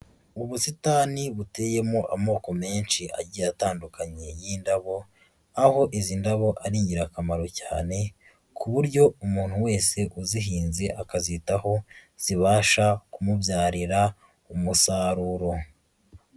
Ubusitani buteyemo amoko menshi agiye atandukanye y'indabo, aho izi ndabo ari ingirakamaro cyane, ku buryo umuntu wese uzihinze akazitaho, zibasha kumubyarira umusaruro.